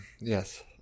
Yes